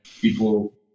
people